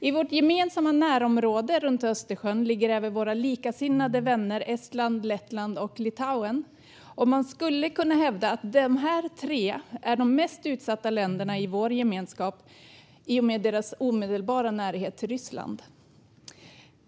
I vårt gemensamma närområde runt Östersjön ligger även våra likasinnade vänner Estland, Lettland och Litauen. Man skulle kunna hävda att dessa tre är de mest utsatta länderna i vår gemenskap i och med deras omedelbara närhet till Ryssland.